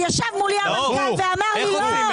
ישב מולי המנכ"ל ואמר לי: לא,